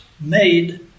made